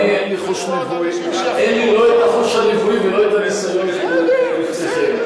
אין לי לא החוש הנבואי ולא הניסיון שיש לכם.